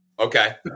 Okay